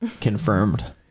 confirmed